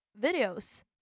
videos